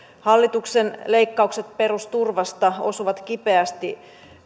hallituksen leikkaukset perusturvasta osuvat kipeästi